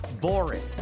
boring